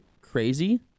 crazy